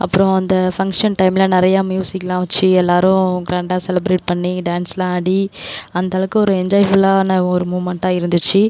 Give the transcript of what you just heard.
அப்புறம் அந்த ஃபங்ஷன் டைமில் நிறையா மியூசிக்லாம் வச்சு எல்லாரும் கிராண்டாக செலப்ரேட் பண்ணி டான்ஸ்லாம் ஆடி அந்தளவுக்கு ஒரு என்ஜாய்ஃபுல்லான ஒரு மூமெண்ட்டாக இருந்துச்சு